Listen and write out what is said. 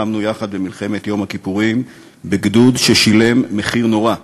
לחמנו יחד במלחמת יום הכיפורים בגדוד ששילם מחיר נורא,